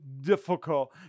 difficult